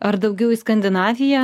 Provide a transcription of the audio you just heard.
ar daugiau į skandinaviją